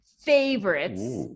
favorites